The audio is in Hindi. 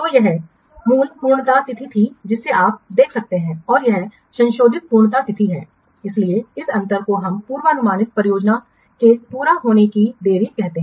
तो यह मूल पूर्णता तिथि थी जिसे आप देख सकते हैं और यह संशोधित पूर्णता तिथि है इसलिए इस अंतर को हम पूर्वानुमानित परियोजना के पूरा होने में देरी कहते हैं